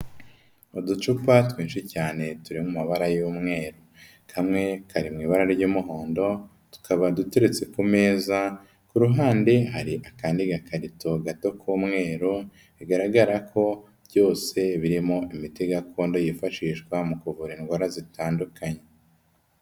Uducupa twinshi cyane turi mu mabara y'umweru kamwe kari mu ibara ry'umuhondo tukaba duteretse ku meza ku ruhande hari akandi gakarito gato k'umweru bigaragara ko byose birimo imiti gakondo yifashishwa mu kuvura indwara zitandukanye.